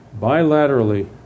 bilaterally